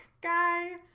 guy